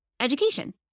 education